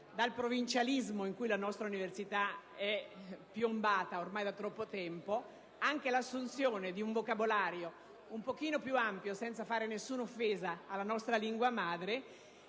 dal provincialismo in cui la nostra università è piombata ormai da troppo tempo, anche l'assunzione di un vocabolario un po' più ampio, senza fare alcuna offesa alla nostra lingua madre,